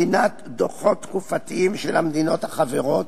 בחינת דוחות תקופתיים של המדינות החברות,